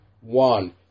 one